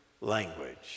language